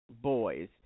boys